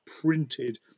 printed